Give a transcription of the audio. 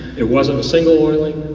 it wasn't a single oil.